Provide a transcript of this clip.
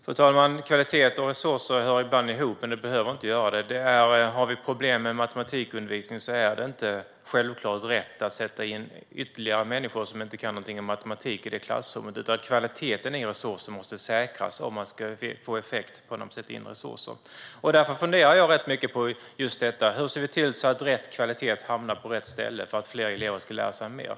Fru talman! Kvalitet och resurser hör ibland ihop, men de behöver inte göra det. Om vi har problem med matematikundervisningen är det inte självklart rätt att sätta in ytterligare människor som inte kan något om matematik i ett sådant klassrum. Kvaliteten i resurserna måste säkras om man ska få effekt när resurserna sätts in. Därför funderar jag rätt mycket över hur vi ser till att rätt kvalitet hamnar på rätt ställe så att fler elever lär sig mer.